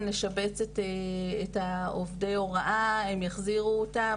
לשבץ את עובדי ההוראה הללו הם יחזירו אותם.